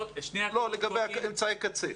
לגבי אמצעי הקצה.